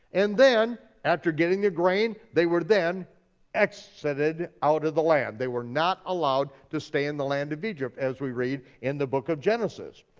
and then after getting the grain, they were then exited out of the land. they were not allowed to stay in the land of egypt as we read in the book of genesis.